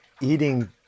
eating